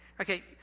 Okay